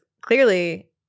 clearly